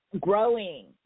Growing